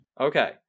Okay